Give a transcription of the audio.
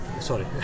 Sorry